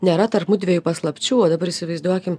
nėra tarp mudviejų paslapčių o dabar įsivaizduokim